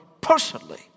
personally